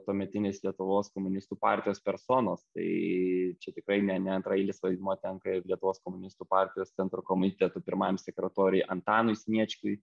tuometinės lietuvos komunistų partijos personos tai čia tikrai ne neantraeilis vaidmuo tenka ir lietuvos komunistų partijos centro komiteto pirmajam sekretoriui antanui sniečkui